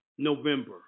November